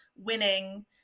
winning